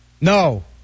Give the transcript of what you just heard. No